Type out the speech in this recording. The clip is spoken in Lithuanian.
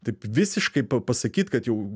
taip visiškai pasakyt kad jau